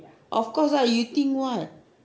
of course lah you think what